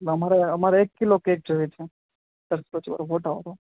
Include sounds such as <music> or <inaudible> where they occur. અમારે અમારે એક કિલો કેક જોઈએ છે <unintelligible> ફોટાવાળો